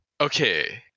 okay